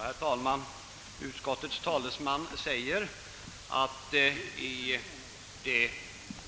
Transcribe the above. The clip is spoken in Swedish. Herr talman! Utskottets talesman säger, att i det